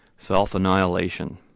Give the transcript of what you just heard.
self-annihilation